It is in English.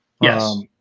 Yes